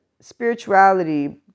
spirituality